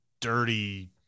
dirty